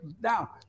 Now